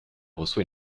reçoit